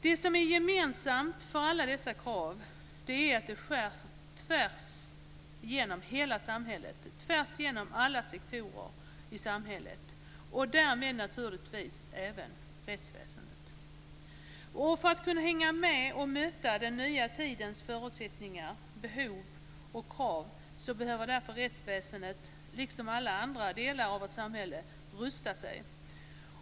Det som är gemensamt för alla dessa krav är att de skär tvärs genom hela samhället, tvärs genom alla sektorer i samhället och därmed naturligtvis även rättsväsendet. För att kunna hänga med och möta den nya tidens förutsättningar, behov och krav behöver därför rättsväsendet - liksom alla andra delar av vårt samhälle - rusta sig.